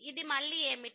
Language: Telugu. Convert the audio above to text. ఇది మళ్ళీ ఏమిటి